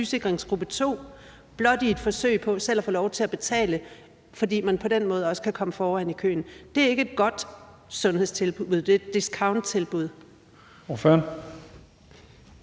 sygesikringens gruppe 2 i et forsøg på selv at få lov til at betale, fordi de på den måde kan komme foran i køen. Det er ikke et godt sundhedstilbud, det er et discounttilbud.